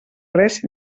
res